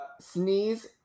Sneeze